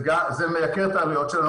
זה מייקר את העלויות שלנו.